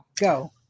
Go